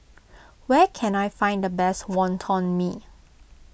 where can I find the best Wonton Mee